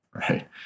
right